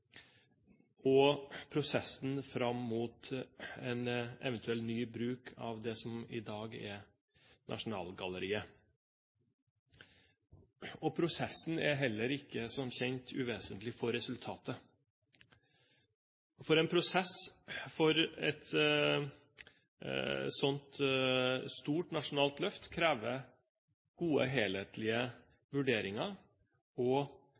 og prosessen fram mot en eventuell ny bruk av det som i dag er Nasjonalgalleriet. Prosessen er heller ikke, som kjent, uvesentlig for resultatet. For en prosess for et sånt stort nasjonalt løft krever gode helhetlige vurderinger og